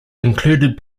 included